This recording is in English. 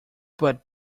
but